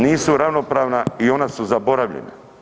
Nisu ravnopravna i ona su zaboravljena.